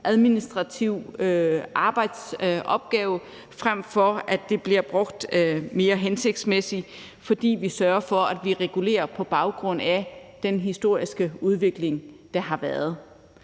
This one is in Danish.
administrativ arbejdsopgave, frem for at de bliver brugt mere hensigtsmæssigt, fordi vi sørger for, at vi regulerer på baggrund af den historiske udvikling. Ligesom andre